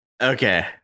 okay